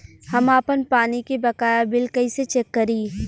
हम आपन पानी के बकाया बिल कईसे चेक करी?